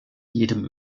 jedem